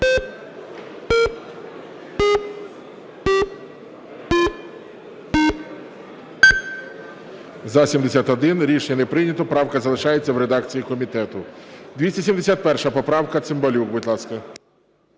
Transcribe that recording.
За-71 Рішення не прийнято. Правка залишається в редакції комітету. 271 поправка, Цимбалюк, будь ласка.